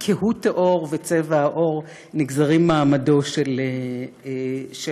כהות העור וצבע העור נגזר מעמדו של אדם.